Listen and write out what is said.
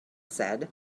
said